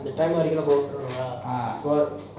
அந்த:antha time வரைக்கும் நம்ம ஒர்க் பண்ணவா:varaikum namma work pannava